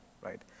right